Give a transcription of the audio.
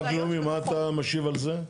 בנק לאומי, מה אתה משיב על זה,